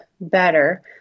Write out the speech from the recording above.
better